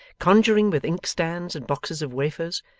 conjuring with inkstands and boxes of wafers,